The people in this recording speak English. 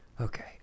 Okay